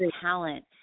talent